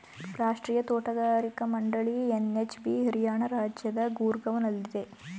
ರಾಷ್ಟ್ರೀಯ ತೋಟಗಾರಿಕಾ ಮಂಡಳಿ ಎನ್.ಎಚ್.ಬಿ ಹರಿಯಾಣ ರಾಜ್ಯದ ಗೂರ್ಗಾವ್ನಲ್ಲಿದೆ